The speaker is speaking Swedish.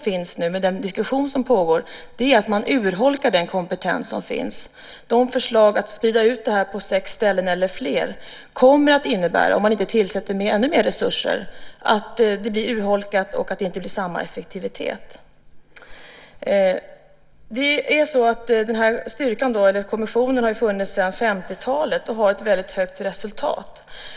Risken med den diskussion som nu pågår är att man urholkar den kompetens som finns. Förslagen att sprida ut verksamheten på sex ställen eller fler kommer om man inte tillför ännu mer resurser att innebära att det blir urholkat och inte samma effektivitet. Kommissionen har funnits sedan 50-talet och har haft ett väldigt gott resultat.